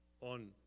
on